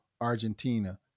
Argentina